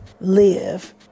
live